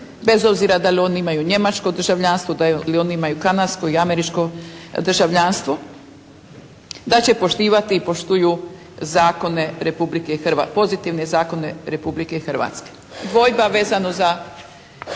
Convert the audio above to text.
bez obzira da li oni imaju njemačko državljanstvo ili oni imaju kanadsko i američko državljanstvo, da će poštivati i poštuju zakone Republike Hrvatske, pozitivne zakone